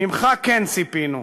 ממך כן ציפינו.